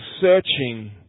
searching